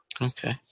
Okay